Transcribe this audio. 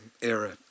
era